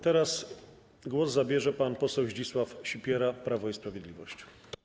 Teraz głos zabierze pan poseł Zdzisław Sipiera, Prawo i Sprawiedliwość.